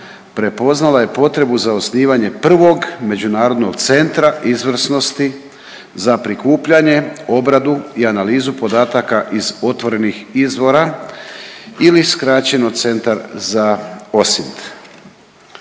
prepoznala je potrebu za osnivanje prvog međunarodnog Centra izvrsnosti za prikupljanje, obradu i analizu podataka iz otvorenih izvora ili skraćeno Centra za OSINT.